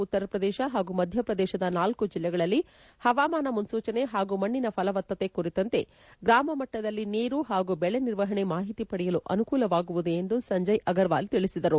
ಉತ್ತರ ಪ್ರದೇಶ ಹಾಗೂ ಮಧ್ಯಪ್ರದೇಶದ ನಾಲ್ಕು ಜಿಲ್ಲೆಗಳಲ್ಲಿ ಹವಾಮಾನ ಮುನ್ಲೂಚನೆ ಹಾಗೂ ಮಣ್ಣಿನ ಫಲವತ್ತತೆ ಕುರಿತಂತೆ ಗ್ರಾಮ ಮಟ್ಟದಲ್ಲಿ ನೀರು ಹಾಗೂ ಬೆಳೆ ನಿರ್ವಹಣೆ ಮಾಹಿತಿ ಪಡೆಯಲು ಅನುಕೂಲವಾಗುವುದು ಎಂದು ಸಂಜಯ್ ಅಗರ್ವಾಲ್ ತಿಳಿಸಿದರು